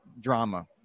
drama